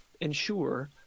ensure